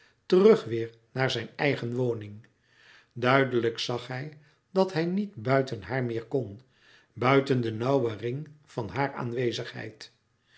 terug weêr naar zijn eigen woning duidelijk zag hij dat hij niet buiten haar meer kon buiten den nauwen ring van haar aanwezigheid